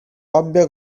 abbia